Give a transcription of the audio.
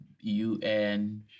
UN